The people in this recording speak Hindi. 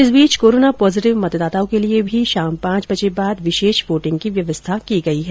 इस बीच कोरोना पॉजिटिव मतदाताओं के लिए भी शाम पांच बजे बाद विशेष वोटिंग की व्यवस्था की गई है